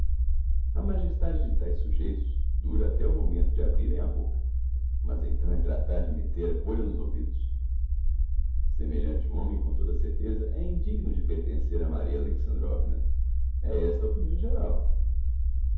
a majestade de taes sujeitos dura até ao momento de abrirem a bôca mas então é tratar de metter rolha nos ouvidos semelhante homem com toda a certeza é indigno de pertencer a maria alexandrovna é esta a opinião geral